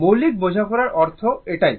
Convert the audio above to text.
মৌলিক বোঝাপড়ার অর্থ এটাই